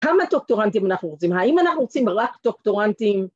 ‫כמה דוקטורנטים אנחנו רוצים? ‫האם אנחנו רוצים רק דוקטורנטים?